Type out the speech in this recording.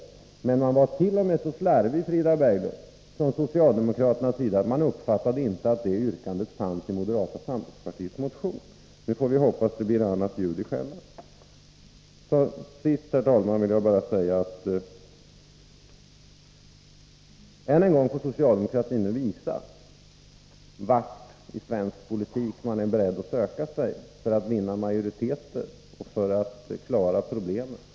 Socialdemokraterna var t.o.m. så slarviga, Frida Berglund, att de inte uppfattade att detta yrkande fanns i moderata samlingspartiets motion. Nu får vi hoppas att det blir annat ljud i skällan. Sist, herr talman, vill jag bara säga att får socialdemokratin nu än en gång får visa vart den i svensk politik är beredd att vända sig för att uppnå majoriteter och för att klara problemen.